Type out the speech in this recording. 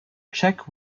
check